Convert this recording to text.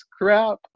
crap